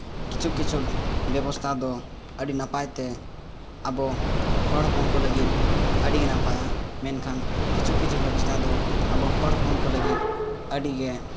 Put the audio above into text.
ᱠᱤᱪᱷᱩ ᱠᱤᱪᱷᱩ ᱵᱮᱵᱚᱥᱛᱷᱟ ᱫᱚ ᱟᱹᱰᱤ ᱱᱟᱯᱟᱭᱛᱮ ᱟᱵᱚ ᱦᱚᱲ ᱦᱚᱯᱚᱱ ᱠᱚ ᱞᱟᱹᱜᱤᱫ ᱟᱹᱰᱤ ᱜᱮ ᱱᱟᱯᱟᱭᱟ ᱢᱮᱱᱠᱷᱟᱱ ᱠᱤᱪᱷᱩ ᱠᱤᱪᱷᱩ ᱵᱮᱵᱚᱥᱛᱷᱟ ᱫᱚ ᱟᱵᱚ ᱦᱚᱲ ᱦᱚᱯᱚᱱ ᱠᱚ ᱞᱟᱹᱜᱤᱫ ᱟᱹᱰᱤᱜᱮ